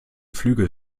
flüge